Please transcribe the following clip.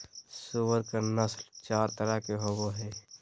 सूअर के नस्ल चार तरह के होवो हइ